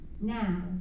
now